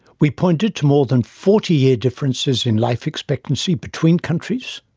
we pointed to more than forty year differences in life expectancy between countries,